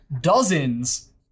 dozens